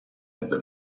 ebbe